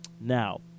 Now